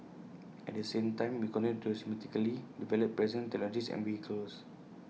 at the same time we continue to systematically develop present technologies and vehicles